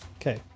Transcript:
Okay